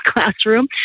classroom